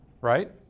right